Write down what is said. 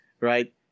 Right